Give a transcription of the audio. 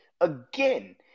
again